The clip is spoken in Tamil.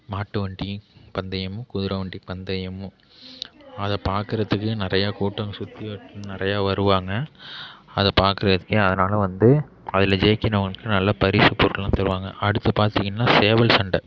மாட்டு வண்டி பந்தயம் குதிரை வண்டி பந்தயம் அதை பார்க்குறதுக்கு நிறைய கூட்டம் சுற்றி நிறைய வருவாங்க அதை பார்க்குறதுக்கு அதனால் வந்து அதில் ஜெயிக்கிறவங்களுக்கு நல்ல பரிசு பொருட்களெலாம் தருவாங்க அடுத்து பார்த்திங்ன்னா சேவல் சண்டை